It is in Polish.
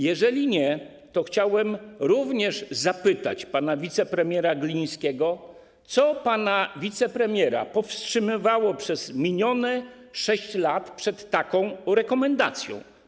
Jeżeli nie, to chciałbym również zapytać pana wicepremiera Glińskiego, co pana wicepremiera powstrzymywało przez minione 6 lat przed taką rekomendacją.